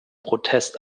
protest